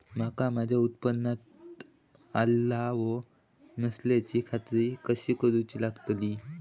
मका माझ्या उत्पादनात ओलावो नसल्याची खात्री कसा करुची लागतली?